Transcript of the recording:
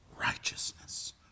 righteousness